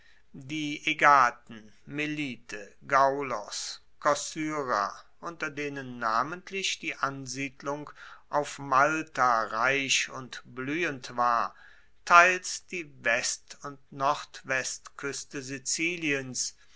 die aegaten melite gaulos kossyra unter denen namentlich die ansiedlung auf malta reich und bluehend war teils die west und nordwestkueste siziliens